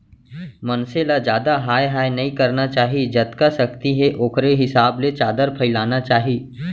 मनसे ल जादा हाय हाय नइ करना चाही जतका सक्ति हे ओखरे हिसाब ले चादर फइलाना चाही